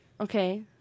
Okay